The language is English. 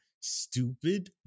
stupid